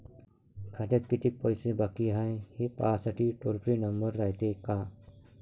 खात्यात कितीक पैसे बाकी हाय, हे पाहासाठी टोल फ्री नंबर रायते का?